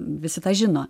visada žino